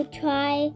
try